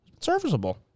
serviceable